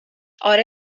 آره